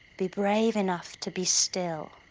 be brave enough to be still?